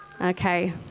Okay